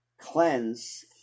cleanse